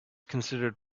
considered